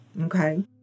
Okay